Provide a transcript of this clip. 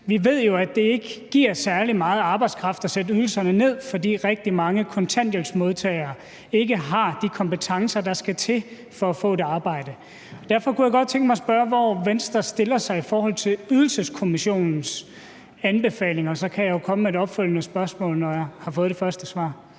Vi ved jo, at det ikke giver særlig meget arbejdskraft at sætte ydelserne ned, fordi rigtig mange kontanthjælpsmodtagere ikke har de kompetencer, der skal til for at få et arbejde. Derfor kunne jeg godt tænke mig at spørge, hvor Venstre stiller sig i forhold til Ydelseskommissionens anbefalinger. Så kan jeg jo komme med et opfølgende spørgsmål, når jeg har fået det første svar.